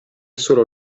solo